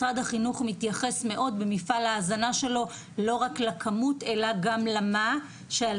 משרד החינוך מתייחס מאוד במפעל ההזנה שלו לא רק לכמות אלא גם למה שיש,